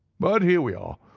but here we are,